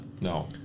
No